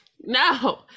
No